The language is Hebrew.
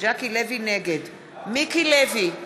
נגד מיקי לוי,